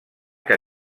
que